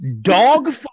Dog